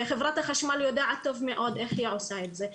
וחברת חשמל יודעת טוב מאוד איך היא עושה את זה.